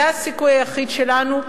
זה הסיכוי היחיד שלנו,